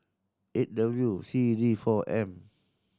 eight W C D four M